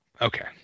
Okay